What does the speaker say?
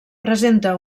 presenta